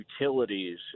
utilities